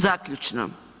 Zaključno.